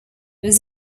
was